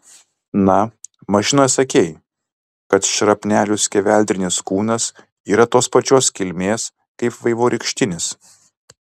na mašinoje sakei kad šrapnelių skeveldrinis kūnas yra tos pačios kilmės kaip vaivorykštinis